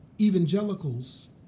evangelicals